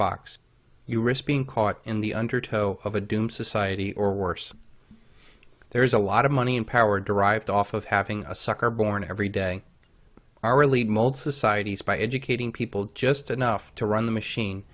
box you risk being caught in the undertow of a doom society or worse there's a lot of money and power derived off of having a sucker born every day our lead mold societies by educating people just enough to run the machine